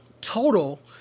total